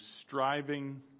striving